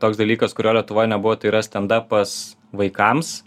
toks dalykas kurio lietuvoj nebuvo tai yra stendapas vaikams